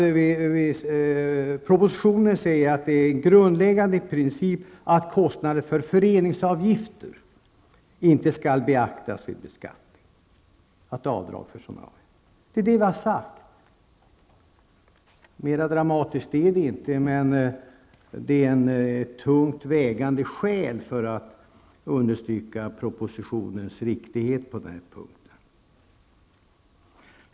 I propositionen framgår det att det är en grundläggande princip att kostnader för föreningsavgifter inte skall beaktas vid beskattningen, dvs. att avdrag inte skall medges. Det har vi sagt. Mera dramatiskt är det inte, men det är ett tungt vägande skäl för att understryka propositionens riktighet på den punkten.